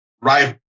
Right